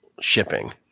shipping